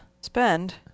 Spend